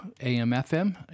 AM-FM